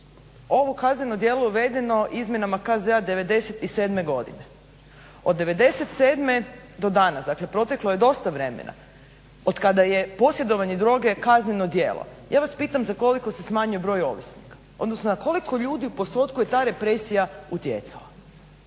ovo kazneno djelo je uvedeno izmjenama KZ-a '97. godine. Od '97. do danas, dakle proteklo je dosta vremena, otkada je posjedovanje droge kazneno djelo. Ja vas pitam za koliko se smanjio broj ovisnika, odnosno za koliko ljudi u postotku je ta represija utjecala?